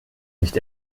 nicht